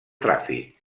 tràfic